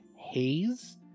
haze